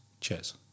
Cheers